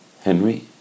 Henry